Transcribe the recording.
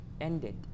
ended